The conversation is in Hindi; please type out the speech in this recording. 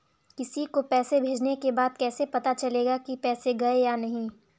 किसी को पैसे भेजने के बाद कैसे पता चलेगा कि पैसे गए या नहीं?